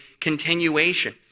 continuation